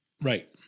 Right